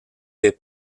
des